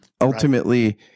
ultimately